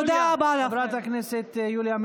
חברת הכנסת יוליה.